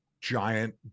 giant